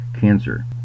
cancer